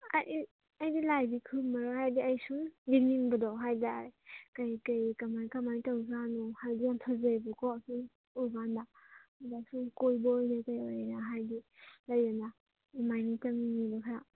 ꯑꯩꯗꯤ ꯂꯥꯏꯗꯤ ꯈꯨꯔꯨꯝꯃꯔꯣꯏ ꯍꯥꯏꯗꯤ ꯑꯩ ꯁꯨꯝ ꯌꯦꯡꯅꯤꯡꯕꯗꯣ ꯍꯥꯏꯕ ꯇꯥꯔꯦ ꯀꯩꯀꯩ ꯀꯃꯥꯏ ꯀꯃꯥꯏ ꯇꯧꯖꯥꯠꯅꯣ ꯍꯥꯏꯗꯤ ꯐꯖꯩꯕꯀꯣ ꯁꯨꯝ ꯎꯀꯥꯟꯗ ꯑꯗ ꯁꯨꯝ ꯀꯣꯏꯕ ꯑꯣꯏꯅ ꯀꯩ ꯑꯣꯏꯅ ꯍꯥꯏꯗꯤ ꯂꯩꯗꯅ ꯑꯗꯨꯃꯥꯏꯅ ꯇꯧꯅꯤꯡꯏꯕ ꯈꯔ